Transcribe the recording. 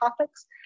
topics